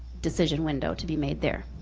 decision window to be made there.